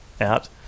out